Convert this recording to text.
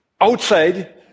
Outside